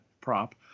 prop